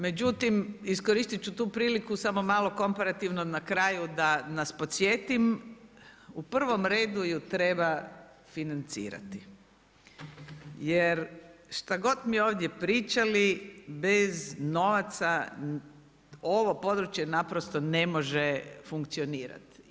Međutim, iskoristit ću tu priliku samo malo komparativno na kraju da nas podsjetim, u prvom redu ju treba financirati jer šta god mi ovdje pričali, bez novaca ovo područje naprosto ne može funkcionirati.